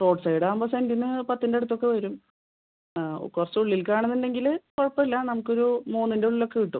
road സൈഡാവുമ്പോൾ സെൻറ്റിന് പത്തിൻ്റെ അടുത്തൊക്കെ വരും ആ കുറച്ചുള്ളിൽക്കാണെന്നുണ്ടെങ്കിൽ കുഴപ്പമില്ല നമുക്കൊരു മൂന്നിൻ്റെയുള്ളിലൊക്കെ കിട്ടും